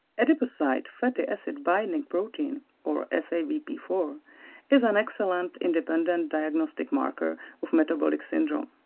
adipocyte fatty acid binding protein or f a b p four is an excellent independent diagnostic marker of metabolic syndrome,